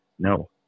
No